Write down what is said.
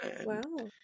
Wow